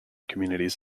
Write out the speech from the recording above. communities